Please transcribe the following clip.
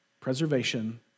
preservation